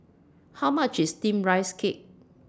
How much IS Steamed Rice Cake